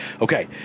okay